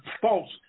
false